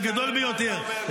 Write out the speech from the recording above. הגדול ביותר.